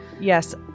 Yes